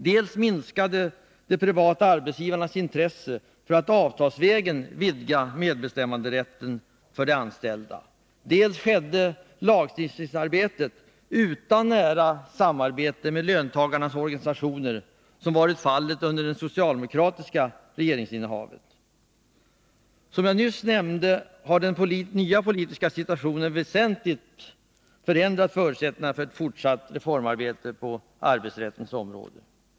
Dels minskade de privata arbetsgivarnas intresse för att avtalsvägen utvidga medbestämmanderätten för de anställda, dels skedde lagstiftningsarbete utan det nära samarbete med löntagarnas organisationer som varit fallet under det socialdemokratiska regeringsinnehavet. Som jag nyss nämnde har den nya politiska situationen väsentligt förändrat förutsättningarna för ett fortsatt reformarbete på arbetsrättens område.